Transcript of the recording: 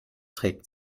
trägt